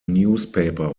newspaper